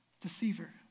Deceiver